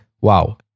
Wow